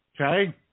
Okay